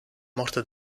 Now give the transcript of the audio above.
morte